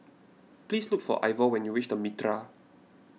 please look for Ivor when you reach the Mitraa